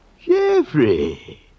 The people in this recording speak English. Jeffrey